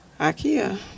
Ikea